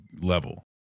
level